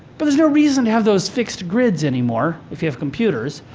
but there's no reason to have those fixed grids anymore if you have computers.